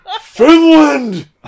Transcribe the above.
Finland